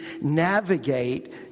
navigate